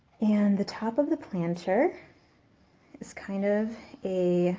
and the top of the planter is kind of a